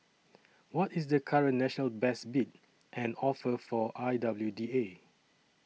what is the current national best bid and offer for I W D A